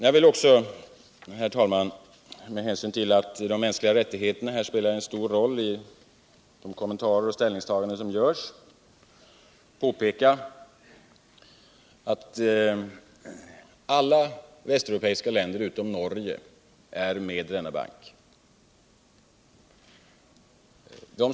Jag vill också, herr talman, med hänsyn till att de mänskliga rättigheterna spelar en stor roll i de kommentarer och ställningstaganden som görs, påpeka att alla västeuropeiska linder utom Norge är med i Interamerikanska utvecklingsbanken.